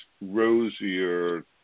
rosier